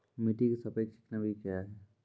मिटी की सापेक्षिक नमी कया हैं?